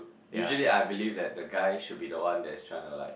usually I believe that the guy should be the one that is trying to like